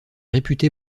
réputé